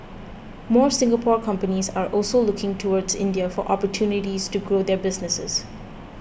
more Singapore companies are also looking towards India for opportunities to grow their businesses